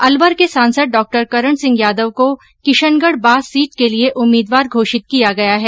अलवर के सांसद डॉ करन सिंह यादव को किशनगढ़ बास सीट के लिए उम्मीदवार घोषित किया गया है